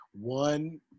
one